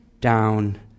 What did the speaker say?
down